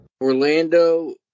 Orlando